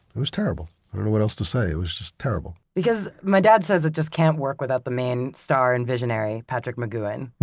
it was terrible. i don't know what else to say, it was just terrible. because my dad says it just can't work without the main star and visionary, patrick mcgoohan.